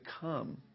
come